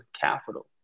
capital